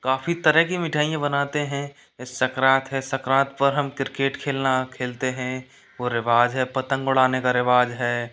काफ़ी तरह की मिठाईयाँ बनाते हैं सकरात है सकरात पर हम किरकेट खेलना खेलते हैं वो रिवाज़ है पतंग उड़ाने का रिवाज़ है